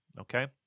Okay